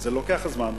אז זה לוקח זמן,